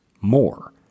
more